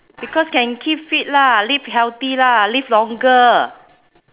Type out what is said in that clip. because can keep fit lah live healthy lah live longer